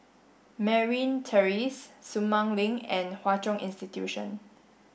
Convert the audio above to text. Merryn Terrace Sumang Link and Hwa Chong Institution